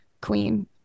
Queen